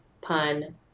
pun